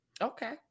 Okay